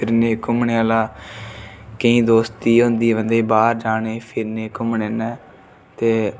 फिरने घूमने आह्ला केईं दोस्ती होंदी बंदे दी बाह्र जाने फिरने गी घूमने कन्नै ते